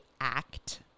Act